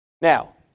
Now